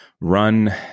Run